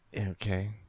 Okay